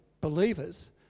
believers